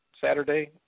Saturday